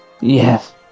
Yes